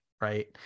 right